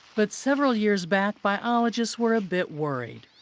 but several years back biologists were a bit worried.